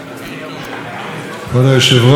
כבוד היושב-ראש, חברי הכנסת,